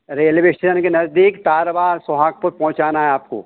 railway station के नज़दीक तारबहार सोहागपुर पहँचाना है आपको